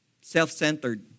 self-centered